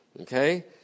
Okay